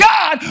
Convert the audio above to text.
God